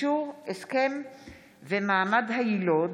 הצעת חוק החקלאות,